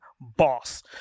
boss